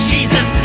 Jesus